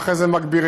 ואחרי זה מגבירים.